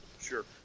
Sure